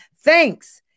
thanks